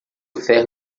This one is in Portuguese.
ferro